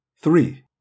three